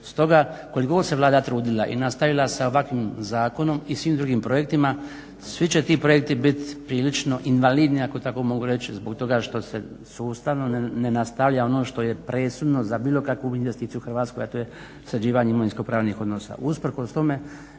Stoga koliko god se Vlada trudila i nastavila sa ovakvim zakonom i svim drugim projektima svi će ti projekti biti prilično invalidni ako tako mogu reći zbog toga što se sustavno ne nastavlja ono što je presudno za bilo kakvu investiciju u Hrvatskoj, a to je sređivanje imovinsko-pravnih odnosa.